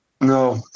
No